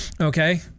Okay